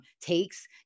takes